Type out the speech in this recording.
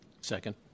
Second